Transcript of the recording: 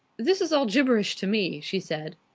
this is all gibberish to me, she said.